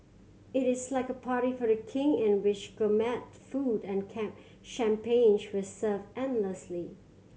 it is like a party for a King in which gourmet food and champagne were served endlessly